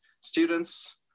students